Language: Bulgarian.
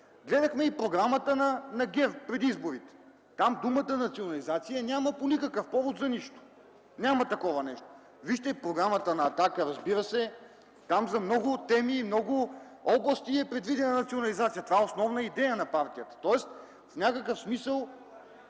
Гледахме и програмата на ГЕРБ отпреди изборите. Там думата „национализация” я няма по никакъв повод и за нищо. Няма такова нещо. Вижте в програмата на „Атака”, разбира се, там за много теми и в много области е предвидена национализация. Това е основна идея на партията, тоест в някакъв смисъл